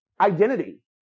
identity